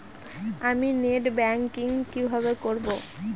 আমি net banking কিভাবে করব?